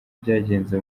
byagenze